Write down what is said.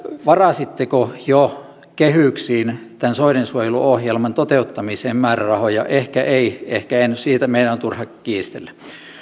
varasitteko jo kehyksiin tämän soidensuojeluohjelman toteuttamiseen määrärahoja ehkä ehkä ette siitä meidän on turha kiistellä